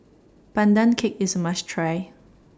Pandan Cake IS A must Try